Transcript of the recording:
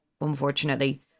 unfortunately